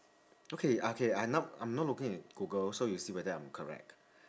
okay okay I'm not I'm not looking at google so you see whether I'm correct